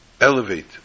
elevate